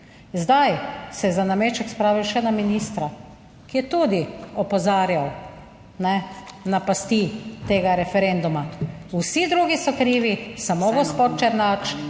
Zdaj se je za nameček spravil še na ministra, ki je tudi opozarjal na pasti tega referenduma. Vsi drugi so krivi, samo gospod Černač